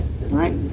right